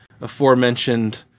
aforementioned